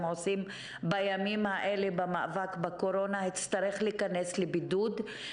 עושים בימים האלה במאבק בקורונה הם יצטרכו להיכנס לבידוד.